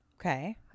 Okay